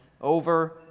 over